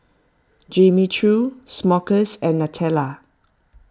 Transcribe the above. Jimmy Choo Smuckers and Nutella